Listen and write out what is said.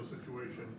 situation